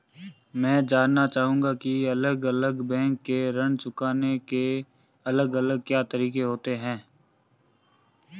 मैं जानना चाहूंगा की अलग अलग बैंक के ऋण चुकाने के अलग अलग क्या तरीके होते हैं?